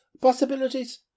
possibilities